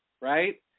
right